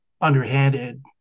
underhanded